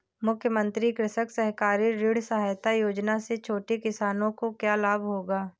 मुख्यमंत्री कृषक सहकारी ऋण सहायता योजना से छोटे किसानों को क्या लाभ होगा?